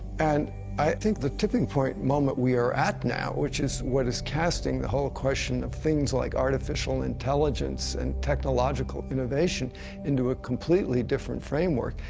and i think the tipping-point moment we are at now, which is what is casting the whole question of things like artificial intelligence and technological innovation into a completely different framework,